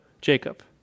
Jacob